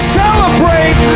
celebrate